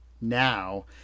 Now